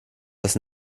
das